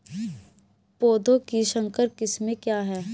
पौधों की संकर किस्में क्या हैं?